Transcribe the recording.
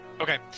Okay